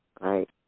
Right